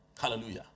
Hallelujah